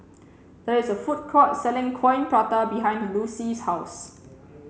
there is a food court selling coin prata behind Lucy's house